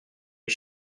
les